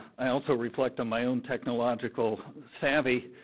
i also reflect on my own technological savvy,